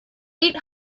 eight